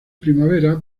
primavera